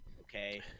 Okay